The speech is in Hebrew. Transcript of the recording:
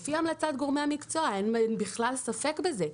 לפי המלצת גורמי המקצוע - אין בכלל ספק בזה.